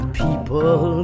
people